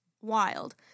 wild